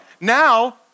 Now